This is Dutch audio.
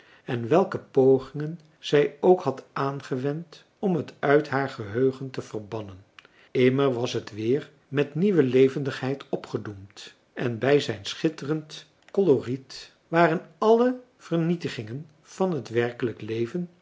en welke pogingen zij ook had aangewend om het uit haar geheugen te verbannen immer was het weer met nieuwe levendigheid opgedoemd en bij zijn schitterend coloriet waren alle genietingen van het werkelijk leven